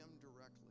directly